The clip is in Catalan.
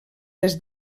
des